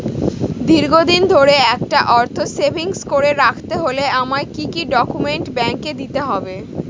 দীর্ঘদিন ধরে একটা অর্থ সেভিংস করে রাখতে হলে আমায় কি কি ডক্যুমেন্ট ব্যাংকে দিতে হবে?